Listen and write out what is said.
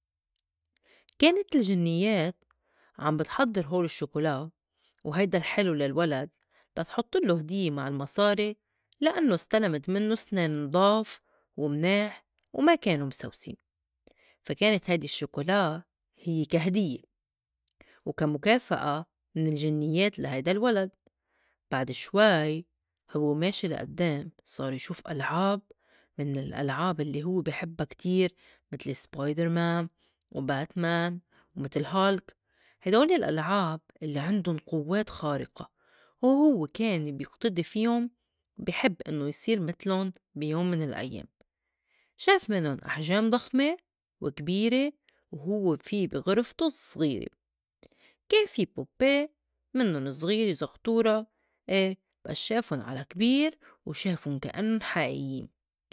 كانت الجنيّات عم بتحضّر هول الشّوكولا وهيدا الحلو للولد لا تحُطلّو هديّة مع المصاري لإنّو استلمت منّو سنان نضاف ومناح وما كانوا مسوسين، فا كانت هيدي الشّوكولا هيّ كهديّة وكا مُكافئة من الجنيّات لهيدا الولد، بعد شوي هوّ وماشي لقدّام صار يشوف ألعاب من الألعاب لّي هوّ بي حِبّا كتير متل spider مان وبات مان ومتل هالْك، هيدول الألعاب الّي عندُن قوّات خارِقة وهوّ كان بيقتدي فيُن بي حب إنّو يصير مِتلُن بي يوم من الأيّام شاف مِنُّن أحجام ضخْمة وكبيرة وهوّ في بي غِرفتو الصغيرة كان في puppet منُّن زغيره زغتورى بس شافُن على كبير وشافُن كأنُن حقيقيّن.